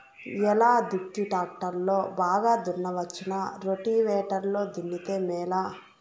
ఎలా దుక్కి టాక్టర్ లో బాగా దున్నవచ్చునా రోటివేటర్ లో దున్నితే మేలా?